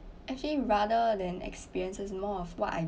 actually rather than experiences more of what I